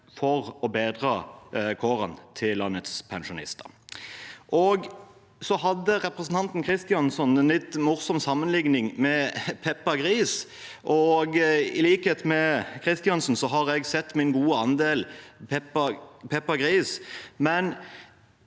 for å bedre kårene til landets pensjonister. Representanten Kristjánsson hadde en litt morsom sammenligning med Peppa Gris. I likhet med Kristjánsson har jeg sett min gode andel Peppa Gris,